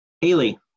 Haley